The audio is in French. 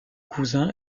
cousin